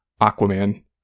Aquaman